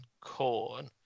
Corn